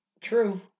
True